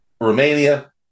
Romania